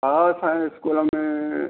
हा असांजे स्कूल में